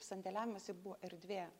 sandėliavimas tai buvo erdvė